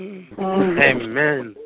Amen